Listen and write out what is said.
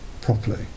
properly